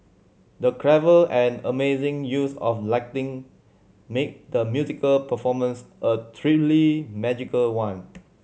the clever and amazing use of lighting made the musical performance a truly magical one